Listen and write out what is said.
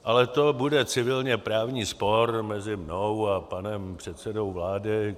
Ale to bude civilněprávní spor mezi mnou a panem předsedou vlády.